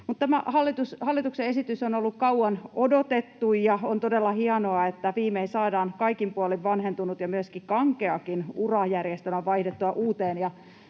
hallituksen esitys on ollut kauan odotettu, ja on todella hienoa, että viimein saadaan kaikin puolin vanhentunut ja kankeakin urajärjestelmä vaihdettua uuteen